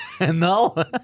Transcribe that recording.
No